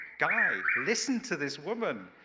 guy, listen to this woman!